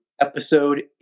episode